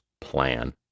plan